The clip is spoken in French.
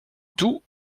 toux